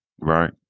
Right